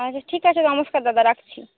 আচ্ছা ঠিক আছে নমস্কার দাদা রাখছি